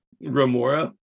Remora